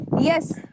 Yes